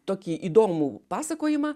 tokį įdomų pasakojimą